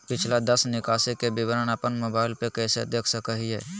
पिछला दस निकासी के विवरण अपन मोबाईल पे कैसे देख सके हियई?